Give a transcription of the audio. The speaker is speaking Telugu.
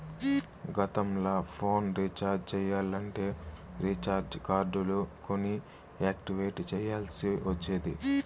గతంల ఫోన్ రీచార్జ్ చెయ్యాలంటే రీచార్జ్ కార్డులు కొని యాక్టివేట్ చెయ్యాల్ల్సి ఒచ్చేది